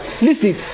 listen